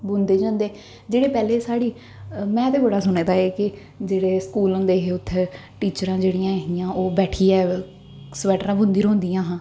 बुनदे जंदे जेह्ड़े पैह्लें साढ़ी में ते बड़ा सुने दा एह् के स्कूल जेह्ड़े होंदे हे उत्थै टीचरां जेह्ड़ियां है हियां ओह् बैठियै स्वैटरां बुनदियां रौंह्दियां हां